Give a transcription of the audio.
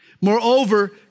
Moreover